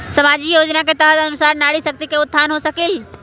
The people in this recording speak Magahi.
सामाजिक योजना के तहत के अनुशार नारी शकति का उत्थान हो सकील?